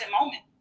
moment